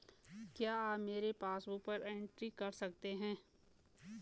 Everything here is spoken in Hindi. क्या आप मेरी पासबुक बुक एंट्री कर सकते हैं?